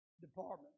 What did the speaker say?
department